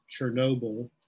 Chernobyl